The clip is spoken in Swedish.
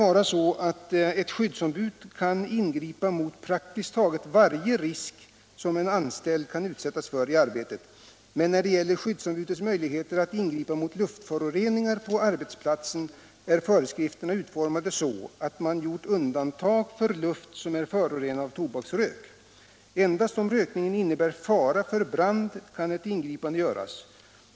Ett skyddsombud lär kunna ingripa vid praktiskt taget varje risk som en anställd kan utsättas för i arbetet, men när det gäller skyddsombudets möjligheter att ingripa mot luftföroreningar på arbetsplatsen har det i föreskrifterna gjorts undantag för luft som är förorenad av tobaksrök. Endast om rökningen innebär fara för brand kan ett ingripande göras.